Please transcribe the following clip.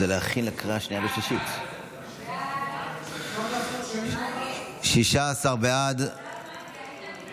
(תיקון מס' 5) (הגדלת מענק ההסתגלות ושינוי מועד התשלום),